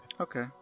Okay